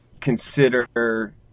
consider